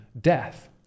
death